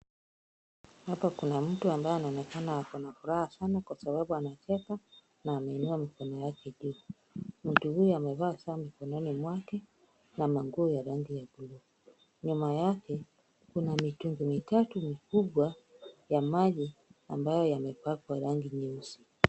Hapa kuna mtu ambaye anaonekana ako na furaha sana kwa sababu anacheka na ameinua mikono yake juu. Mtu huyu amevaa saa mkononi mwake, na nguo ya rangi ya buluu. Nyuma yake kuna mitungi mitatu mikubwa ya maji ambayo yamepakwa rangi nyeusi.